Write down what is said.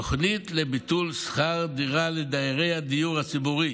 תוכנית לביטול שכר דירה לדיירי הדיור הציבורי.